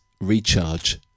recharge